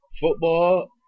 Football